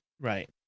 right